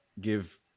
give